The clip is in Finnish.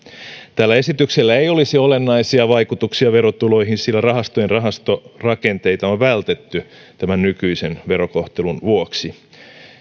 tällä esityksellä ei olisi olennaisia vaikutuksia verotuloihin sillä rahastojen rahasto rakenteita on vältetty tämän nykyisen verokohtelun vuoksi